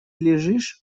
лежишь